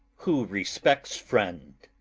who respects friend?